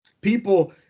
People